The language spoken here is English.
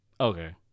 Okay